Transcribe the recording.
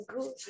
good